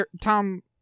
Tom